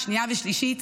שנייה ושלישית.